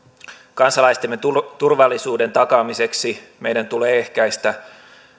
kansalaistemme turvallisuuden takaamiseksi meidän tulee ehkäistä